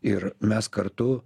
ir mes kartu